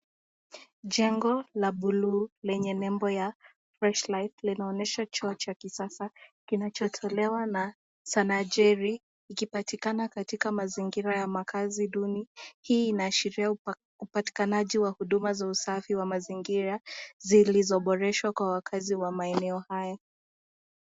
Jengo la bluu lenye nembo ya fresh life inaonyesha choo cha kisasa kinacho tolewa na Sanajeri ikipatikana katika mazingira ya makazi duni. Hii inaashiria upatikanaji wa huduma za usafi wa mazingira zilizoboreshwa kwa wakazi wa maeneo haya.